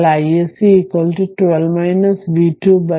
അതിനാൽ iSC 12 v 2 4